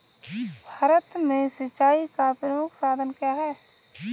भारत में सिंचाई का प्रमुख साधन क्या है?